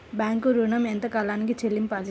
Bank ఋణం ఎంత కాలానికి చెల్లింపాలి?